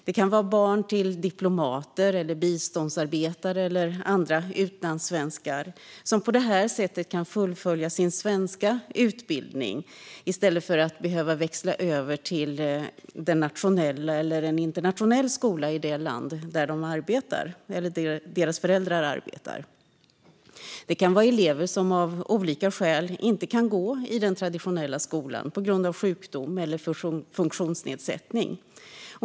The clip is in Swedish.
Det kan vara barn till diplomater, biståndsarbetare eller andra utlandssvenskar som på detta sätt kan fullfölja sin svenska utbildning i stället för att behöva växla över till en nationell eller internationell skola i det land där deras föräldrar arbetar. Det kan vara elever som av olika skäl inte kan gå i den traditionella skolan på grund av sjukdom eller funktionsnedsättning.